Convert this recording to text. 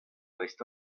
dreist